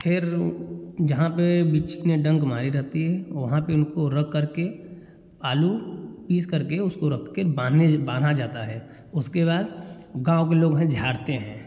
फिर जहाँ पर बिच्छी ने डंक मारी रहती है वहाँ पर इनको रख करके आलू पीस करके उसको रख के बांधते बांधा जाता है उसके बाद गाँव के लोग हैं झारते हैं